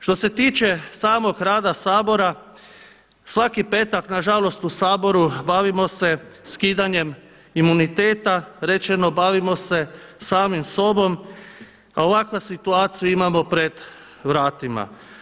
Što se tiče samog rada Sabora svaki petak na žalost u Saboru bavimo se skidanjem imuniteta, rečeno bavimo se samim sobom, a ovakvu situaciju imamo pred vratima.